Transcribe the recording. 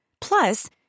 Plus